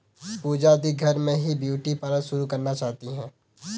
पूजा दी घर में ही ब्यूटी पार्लर शुरू करना चाहती है